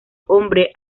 hombre